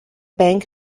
bank